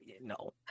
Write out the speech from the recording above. No